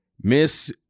Miss